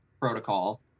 protocol